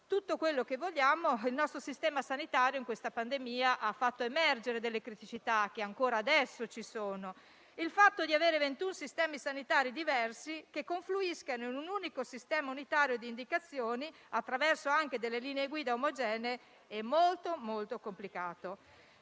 tutto quello che vogliamo, il nostro Sistema sanitario in questa pandemia ha fatto emergere delle criticità che ancora adesso ci sono: il fatto di avere 21 sistemi sanitari diversi che confluiscono in un unico sistema unitario di indicazioni, attraverso anche delle linee-guida omogenee, è molto complicato.